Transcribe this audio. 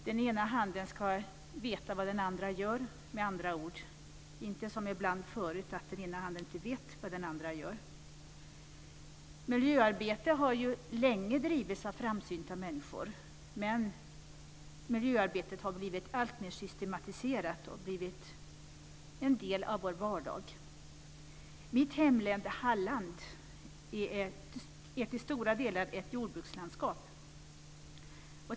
Den ena handen ska, med andra ord, veta vad den andra gör, och inte som förut att den ena handen ibland inte vet vad den andra gör. Miljöarbete har ju länge bedrivits av framsynta människor. Men miljöarbetet har blivit alltmer systematiserat, och det har blivit en del av vår vardag. Mitt hemlän Halland är till stora delar ett jordbrukslandskap.